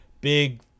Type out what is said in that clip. big